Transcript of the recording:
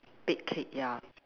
bake cake ya